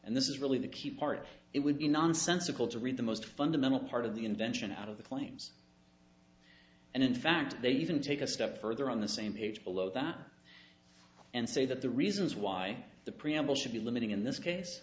and this is really the key part it would be nonsensical to read the most fundamental part of the invention out of the claims and in fact they even take a step further on the same page below that and say that the reasons why the preamble should be limiting in this case